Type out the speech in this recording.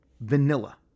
vanilla